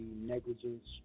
negligence